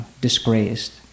disgraced